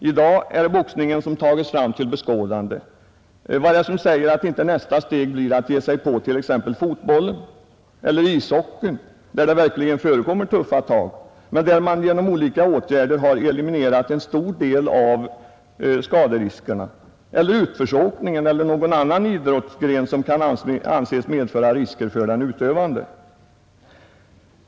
I dag är det boxningen som tagits fram till beskådande. Vad är det som säger att inte nästa steg blir att ge sig på fotbollen, ishockeyn — där det verkligen förekommer tuffa tag men där man genom olika åtgärder har eliminerat en stor del av skaderiskerna —, utförsåkningen eller någon annan idrottsgren, som kan anses medföra risker för den utövande?